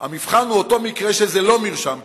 המבחן הוא אותו מקרה שזה לא מרשם פלילי,